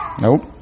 Nope